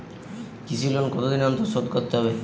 কৃষি লোন কতদিন অন্তর শোধ করতে হবে?